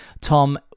Tom